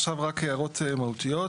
עכשיו רק הערות מהותיות.